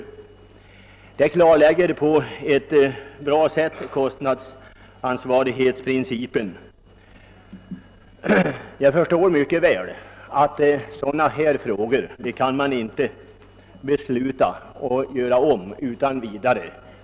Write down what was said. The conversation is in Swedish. Materialet klarlägger på ett bra sätt kostnadsansvarighetsprincipen, av vilken framgår att skatten är för hög. Jag förstår mycket väl att man inte utan vidare kan fatta beslut om ändring av bestämmelserna.